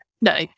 no